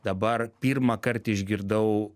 dabar pirmąkart išgirdau